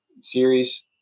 series